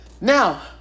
Now